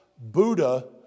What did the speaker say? Buddha